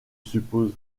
suppose